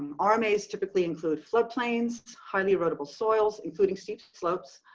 um rmas typically include floodplains, highly erodible soils, including steep slopes,